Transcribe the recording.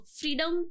freedom